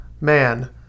Man